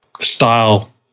style